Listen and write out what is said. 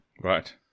Right